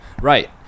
Right